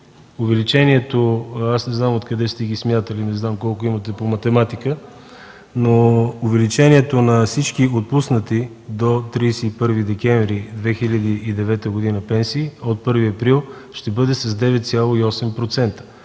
не знам откъде сте смятали и колко имате по математика, но увеличението на всички отпуснати до 31 декември 2009 г. пенсии от 1 април ще бъде с 9,8%.